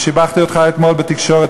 אני שיבחתי אותך אתמול בתקשורת,